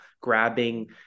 grabbing